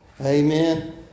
Amen